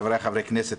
חבריי חברי הכנסת,